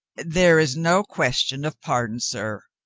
there is no question of pardon, sir.